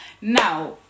Now